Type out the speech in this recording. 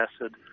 acid